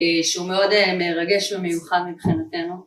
שהוא מאוד מרגש ומיוחד מבחינתנו